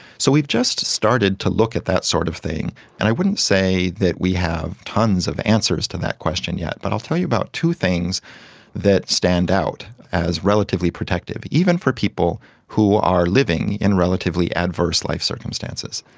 so we've just started to look at that sort of thing, and i wouldn't say that we have tonnes of answers to that question yet, but i'll tell you about two things that stand out as relatively protective, even for people who are living in relatively adverse life circumstances.